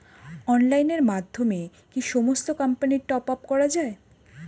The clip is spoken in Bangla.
অনলাইনের মাধ্যমে কি সমস্ত কোম্পানির টপ আপ করা যায়?